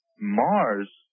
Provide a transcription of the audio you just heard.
Mars